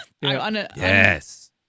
Yes